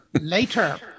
later